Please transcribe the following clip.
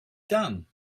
done